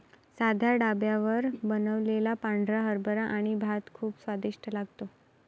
साध्या ढाब्यावर बनवलेला पांढरा हरभरा आणि भात खूप स्वादिष्ट लागतो